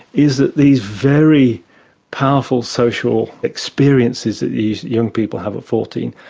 is that these very powerful social experiences that these young people have at fourteen,